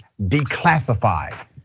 declassified